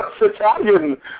Italian